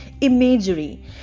imagery